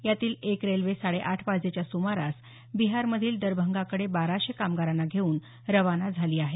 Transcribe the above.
यातील एक रेल्वे साडे आठ वाजेच्या सुमारास बिहारमधील दरभंगाकडे बाराशे कामगारांना घेऊन खाना झाली आहे